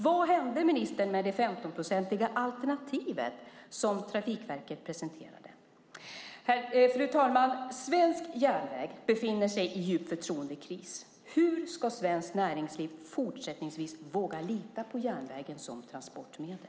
Vad hände, ministern, med det 15-procentiga alternativet, som Trafikverket presenterade? Fru talman! Svensk järnväg befinner sig i en djup förtroendekris. Hur ska svenskt näringsliv fortsättningsvis våga lita på järnvägen som transportmedel?